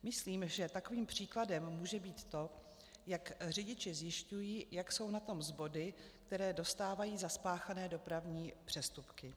Myslím, že takovým příkladem může být to, jak řidiči zjišťují, jak jsou na tom s body, které dostávají za spáchané dopravní přestupky.